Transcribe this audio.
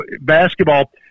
basketball –